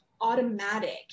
automatic